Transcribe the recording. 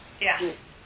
Yes